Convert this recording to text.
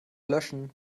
löschen